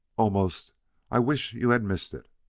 almost i wish you had missed it!